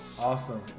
Awesome